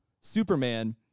Superman